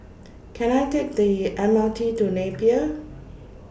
Can I Take The M R T to Napier